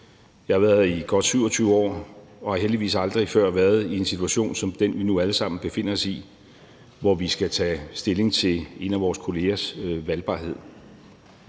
Jeg har været her i godt 27 år og har heldigvis aldrig før været en situation som den, vi nu alle sammen befinder os i, hvor vi skal tage stilling til en af vores kollegers valgbarhed.